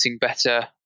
better